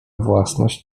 własność